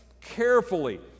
carefully